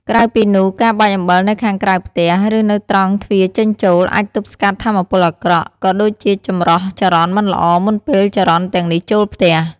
ក្រៅពីនោះ ការបាចអំបិលនៅខាងក្រៅផ្ទះ ឬនៅត្រង់ទ្វារចេញចូល អាចទប់ស្កាត់ថាមពលអាក្រក់ ក៏ដូចជាចម្រោះចរន្តមិនល្អមុនពេលចរន្តទាំងនេះចូលផ្ទះ។